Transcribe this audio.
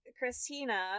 Christina